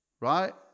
right